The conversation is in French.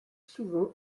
souvent